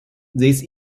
this